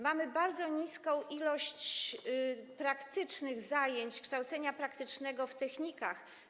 Mamy bardzo mało praktycznych zajęć, kształcenia praktycznego w technikach.